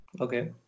okay